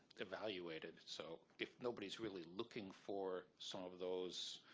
evaluated. so if nobody's really looking for some of those,